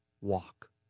walk